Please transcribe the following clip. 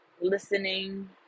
listening